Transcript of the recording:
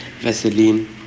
Vaseline